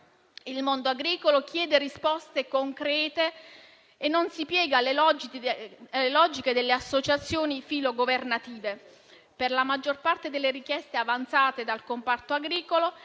Il mondo agricolo chiede risposte concrete e non si piega alle logiche delle associazioni filogovernative. Per la maggior parte delle richieste avanzate dal comparto agricolo,